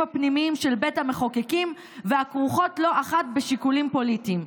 הפנימיים של בית המחוקקים והכרוכות לא אחת בשיקולים פוליטיים.